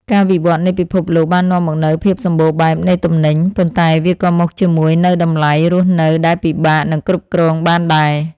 ការវិវត្តនៃពិភពលោកបាននាំមកនូវភាពសម្បូរបែបនៃទំនិញ ប៉ុន្តែវាក៏មកជាមួយនូវតម្លៃរស់នៅដែលពិបាកនឹងគ្រប់គ្រងបានដែរ។